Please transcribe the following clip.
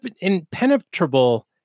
impenetrable